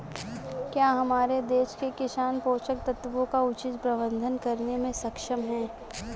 क्या हमारे देश के किसान पोषक तत्वों का उचित प्रबंधन करने में सक्षम हैं?